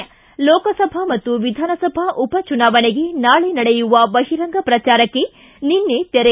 ಿ ಲೋಕಸಭಾ ಮತ್ತು ವಿಧಾನಸಭಾ ಉಪಚುನಾವಣೆಗೆ ನಾಳೆ ನಡೆಯುವ ಬಹಿರಂಗ ಪ್ರಚಾರಕ್ಕೆ ನಿನ್ನೆ ತೆರೆ